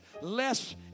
less